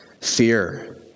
fear